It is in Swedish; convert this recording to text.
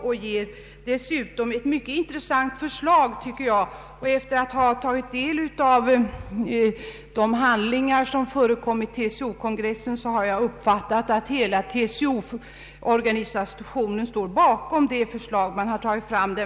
TCO gör dessutom, tycker jag, ett mycket intressant förslag. Efter att ha tagit del av de handlingar som förekom vid TCO-kongressen har jag fått den uppfattningen att hela TCO står bakom det förslag som har lagts fram.